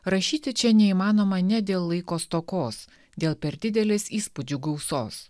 rašyti čia neįmanoma ne dėl laiko stokos dėl per didelės įspūdžių gausos